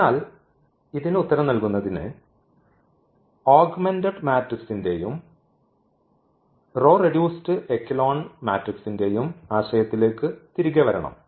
അതിനാൽ ഇതിന് ഉത്തരം നൽകുന്നതിന് ഓഗ്മെന്റഡ് മാട്രിക്സി ന്റെയും റോ റെഡ്യൂസ്ഡ് എക്കെലോൺ മാട്രിക്സിന്റെയും ആശയത്തിലേക്ക് തിരികെ വരണം